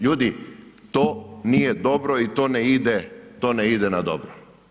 Ljudi, to nije dobro i to ne ide na dobro.